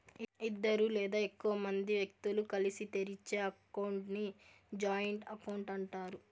ఇద్దరు లేదా ఎక్కువ మంది వ్యక్తులు కలిసి తెరిచే అకౌంట్ ని జాయింట్ అకౌంట్ అంటారు